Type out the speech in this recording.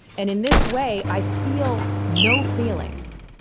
and in this way, i feel no feelings,